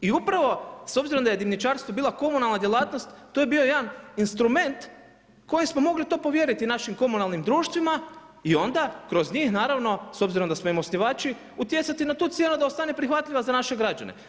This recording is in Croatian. I upravo s obzirom da je dimnjačarstvo bila komunalna djelatnost, to je bio jedan instrument koji smo mogli to povjeriti našim komunalnim društvima i onda kroz njih naravno s obzirom da smo im osnivači, utjecati na tu cijenu da ostane prihvatljiva za naše građane.